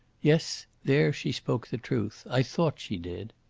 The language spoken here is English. yes, there she spoke the truth. i thought she did.